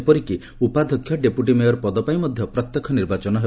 ଏପରିକି ଉପାଧ୍ଧକ୍ଷ deputy mayor ପଦ ପାଇଁ ମଧ୍ଧ ପ୍ରତ୍ୟକ୍ଷ ନିର୍ବାଚନ ହେବ